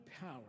power